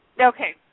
Okay